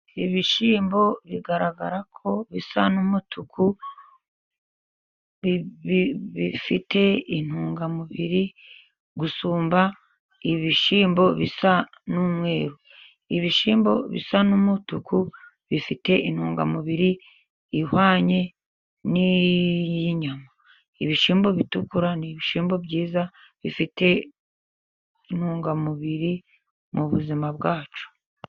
Ibishyimbo bigaragara ko bisa n'umutuku, bifite intungamubiri gusumbya ibishyimbo bisa n'umweru. Ibishyimbo bisa n'umutuku bifite intungamubiri ihwanye n'iy'inyama. Ibishyimbo bitukura ni ibishyimbo byiza bifite intungamubiri mu buzima bwacu.